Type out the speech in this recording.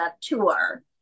tour